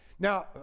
Now